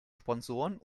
sponsoren